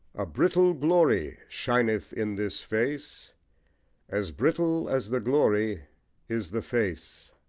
a brittle glory shineth in this face as brittle as the glory is the face.